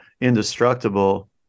indestructible